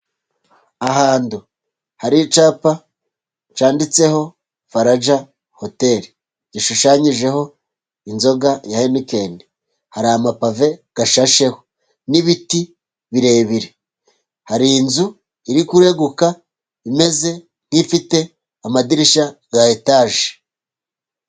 Ahantu hari icyapa cyanditseho Faraja hoteli gishushanyijeho inzoga ya henikeni. Hari amapave ashasheho n'ibiti birebire hari inzu iri kureguka imeze nk'ifite amadirishya ya etaje.